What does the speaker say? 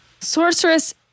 Sorceress